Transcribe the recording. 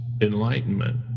enlightenment